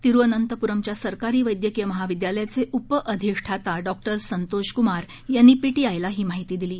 तिरुअनंतपुरमच्या सरकारी वैद्यकीय महाविद्यालयाचे उप अधिष्ठाता डॉ संतोष कुमार यांनी पीटीआयला ही माहिती दिली आहे